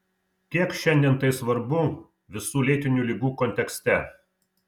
kiek šiandien tai svarbu visų lėtinių ligų kontekste